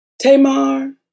Tamar